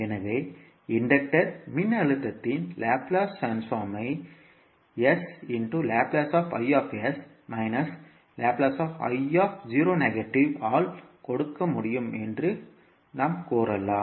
எனவே இன்டக்டர் மின்னழுத்தத்தின் லாப்லேஸ் ட்ரான்ஸ்போர்மை ஆல் கொடுக்க முடியும் என்று நாம் கூறலாம்